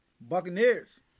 Buccaneers